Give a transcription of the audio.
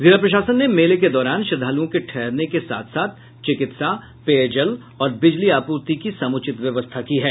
जिला प्रशासन ने मेला के दौरान श्रद्धालुओं के ठहरने के साथ साथ चिकित्सा पेयजल और बिजली आप्रर्ति की समुचित व्यवस्था की है